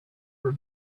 were